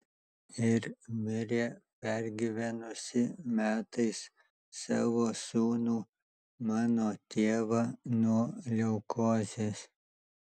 ir mirė pergyvenusi metais savo sūnų mano tėvą nuo leukozės